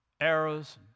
arrows